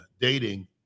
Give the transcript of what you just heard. dating